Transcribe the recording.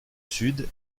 sud